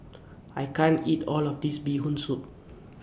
I can't eat All of This Bee Hoon Soup